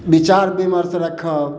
विचार विमर्श रखब